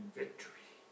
victory